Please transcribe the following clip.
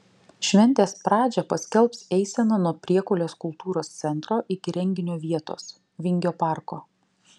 šventės pradžią paskelbs eisena nuo priekulės kultūros centro iki renginio vietos vingio parko